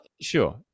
sure